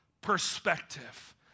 perspective